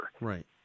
Right